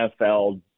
NFL